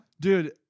Dude